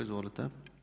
Izvolite.